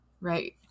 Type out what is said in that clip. right